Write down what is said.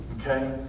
Okay